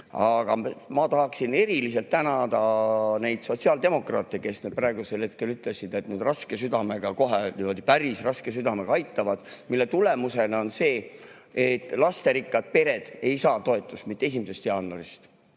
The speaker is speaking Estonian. Aga ma tahaksin eriliselt tänada neid sotsiaaldemokraate, kes praegusel hetkel ütlesid, et raske südamega, kohe päris raske südamega aitavad, mille tulemuseks on see, et lasterikkad pered ei saa toetust mitte 1. jaanuarist